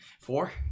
four